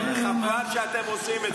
חבל שאתם עושים את זה.